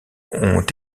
ont